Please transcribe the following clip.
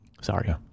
Sorry